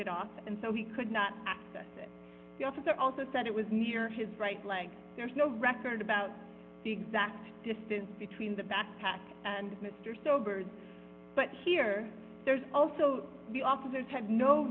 it off and so he could not access it the officer also said it was near his right leg there's no record about the exact distance between the backpack and mr sobered but here there's also the officers had no